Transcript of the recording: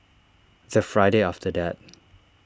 the Friday after that